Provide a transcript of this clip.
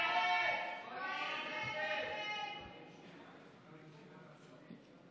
ההסתייגות (89) של חבר הכנסת ישראל אייכלר לפני סעיף 1 לא נתקבלה.